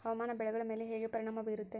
ಹವಾಮಾನ ಬೆಳೆಗಳ ಮೇಲೆ ಹೇಗೆ ಪರಿಣಾಮ ಬೇರುತ್ತೆ?